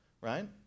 right